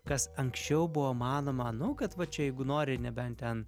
kas anksčiau buvo manoma nu kad va čia jeigu nori nebent ten